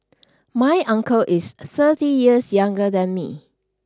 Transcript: my uncle is thirty years younger than me